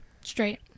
Straight